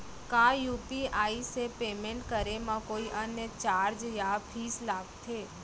का यू.पी.आई से पेमेंट करे म कोई अन्य चार्ज या फीस लागथे?